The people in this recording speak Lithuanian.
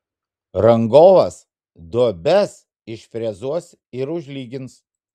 rangovas duobes išfrezuos ir užlygins